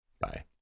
Bye